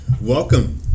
welcome